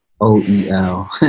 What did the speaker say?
o-e-l